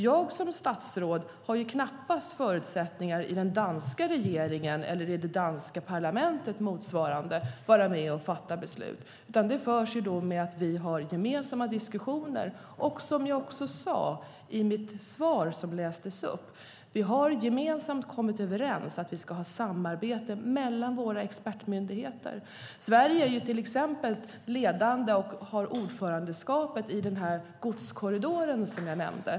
Jag som statsråd har knappast förutsättningar att vara med och fatta beslut i den danska regeringen eller i det danska parlamentet, utan det förs gemensamma diskussioner och som jag också sade i mitt svar som lästes upp: Vi har gemensamt kommit överens om att vi ska ha samarbete mellan våra expertmyndigheter. Sverige är till exempel ledande och har ordförandeskapet i den här godskorridoren som jag nämnde.